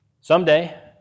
Someday